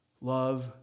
Love